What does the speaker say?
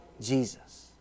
Jesus